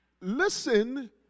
Listen